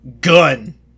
gun